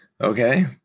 Okay